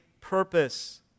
purpose